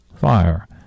fire